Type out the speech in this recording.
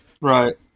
Right